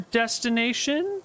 destination